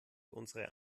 unsere